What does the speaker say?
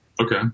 Okay